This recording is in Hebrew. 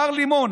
מר לימון,